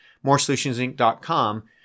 moresolutionsinc.com